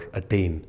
attain